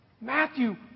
Matthew